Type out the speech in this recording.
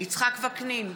יצחק וקנין,